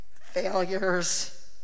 Failures